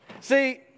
See